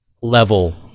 level